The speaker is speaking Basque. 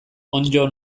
onddo